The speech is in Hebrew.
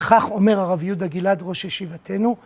וכך אומר הרב יהודה גלעד, ראש ישיבתנו.